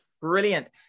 Brilliant